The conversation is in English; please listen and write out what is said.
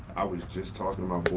i was just talking